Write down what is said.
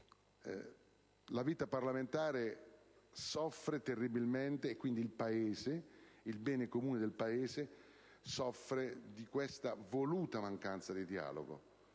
la vita parlamentare soffre terribilmente, e quindi il Paese, il bene comune del Paese soffre di questa voluta mancanza di dialogo.